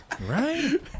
right